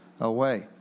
away